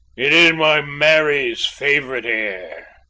it is my mary's favourite air,